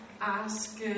ask